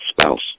Spouse